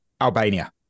Albania